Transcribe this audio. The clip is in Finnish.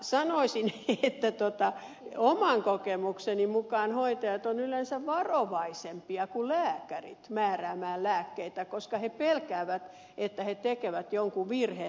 sanoisin että oman kokemukseni mukaan hoitajat ovat yleensä varovaisempia kuin lääkärit määräämään lääkkeitä koska he pelkäävät että he tekevät jonkun virheen